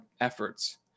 efforts